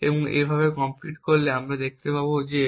সুতরাং এইভাবে কম্পিউট করলে আমরা দেখতে পাই যে